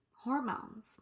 Hormones